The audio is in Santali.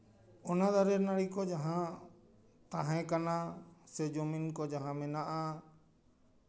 ᱚᱱᱟ ᱫᱟᱨᱮ ᱱᱟᱹᱲᱤ ᱠᱚ ᱡᱟᱦᱟᱸ ᱛᱟᱦᱮᱸ ᱠᱟᱱᱟ ᱥᱮ ᱡᱩᱢᱤᱱ ᱠᱚ ᱡᱟᱦᱟᱸ ᱢᱮᱱᱟᱜᱼᱟ